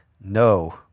No